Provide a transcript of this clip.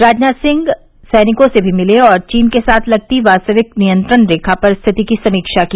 राजनाथ सिंह सैनिकों से भी मिले और चीन के साथ लगती वास्तविक नियंत्रण रेखा पर स्थिति की समीक्षा की